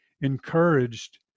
encouraged